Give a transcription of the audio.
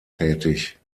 tätig